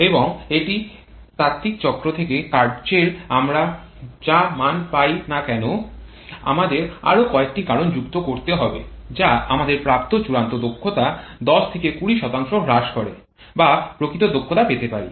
এবং একটি তাত্ত্বিক চক্র থেকে কার্যের আমরা যাই মান পাই না কেন আমাদের আরও কয়েকটি কারণ যুক্ত করতে হবে যা আমাদের প্রাপ্ত চূড়ান্ত দক্ষতা ১০ থেকে ২০ হ্রাস করে বা প্রকৃত দক্ষতা পেতে পারি